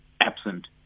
absent